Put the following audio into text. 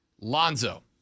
Lonzo